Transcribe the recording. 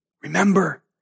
Remember